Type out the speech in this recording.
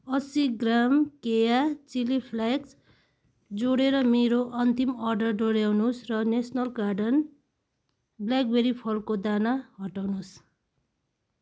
असी ग्राम केया chilli flakes जोडेर मेरो अन्तिम अर्डर दोहोऱ्याउनुहोस् र नेसनल गार्डन ब्ल्याकबेरी फलको दाना हटाउनुहोस्